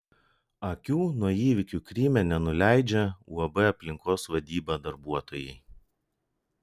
akių nuo įvykių kryme nenuleidžia uab aplinkos vadyba darbuotojai